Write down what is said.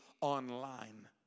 online